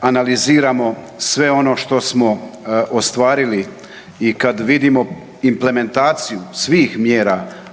analiziramo sve ono što smo ostvarili i kad vidimo implementaciju svih mjera